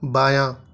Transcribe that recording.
بایاں